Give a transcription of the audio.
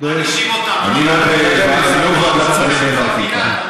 אני לא ועדת שרים לענייני חקיקה.